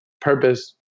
purpose